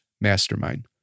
mastermind